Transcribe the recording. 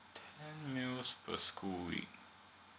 ten meals per school week